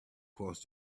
cross